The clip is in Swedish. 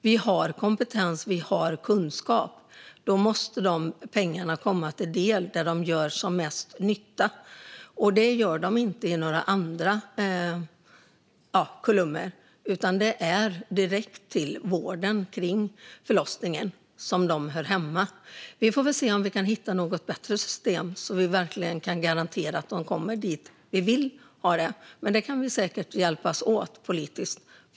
Vi har kompetens, och vi har kunskap. Då måste pengarna komma dit där de gör som mest nytta. Det gör de inte i några andra kolumner, utan det är direkt till vården kring förlossningen som de ska. Vi får se om vi kan hitta något bättre system så att vi verkligen kan garantera att pengarna kommer dit där vi vill ha dem. Det kan vi säkert hjälpas åt med politiskt.